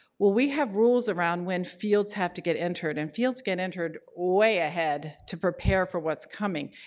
well, we have rules around when fields have to get entered, and fields get entered way ahead to prepare for what's coming.